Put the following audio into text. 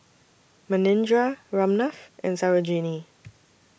Manindra Ramnath and Sarojini